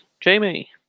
Jamie